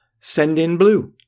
sendinblue